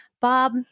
Bob